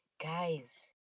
Guys